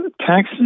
taxes